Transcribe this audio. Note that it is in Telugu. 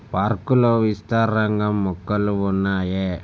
పార్కులో విస్తారంగా మొక్కలు ఉన్నాయి